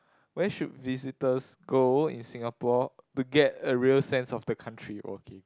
where should visitors go in Singapore to get a real sense of the country okay